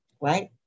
right